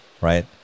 Right